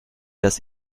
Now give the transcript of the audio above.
das